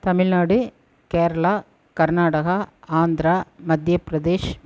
Tamil Nadu Kerala Karnataka Andhra Madhya Pradesh